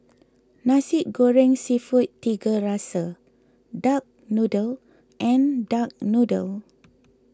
Nasi Goreng Seafood Tiga Rasa Duck Noodle and Duck Noodle